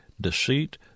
deceit